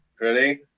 Ready